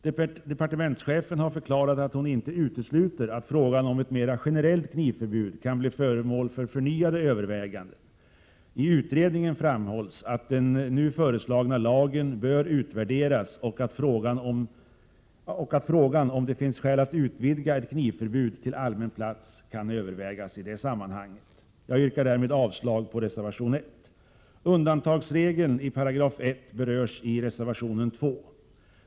Departementschefen har förklarat att hon inte utesluter att frågan om ett mera generellt knivförbud kan bli föremål för förnyade överväganden. I utredningen framhålls att den nu föreslagna lagen bör utvärderas och att frågan om det finns skäl att utvidga ett knivförbud till allmän plats kan övervägas i det sammanhanget. Jag yrkar därmed avslag på reservation 1. Undantagsregeln i 1 § berörs i reservation 2.